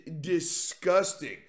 disgusting